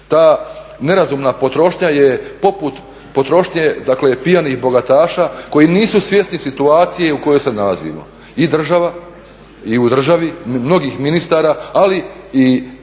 ta nerazumna potrošnja je poput potrošnje pijanih bogataša koji nisu svjesni situacije u kojoj se nalazimo i u državi mnogih ministara, ali i čelnika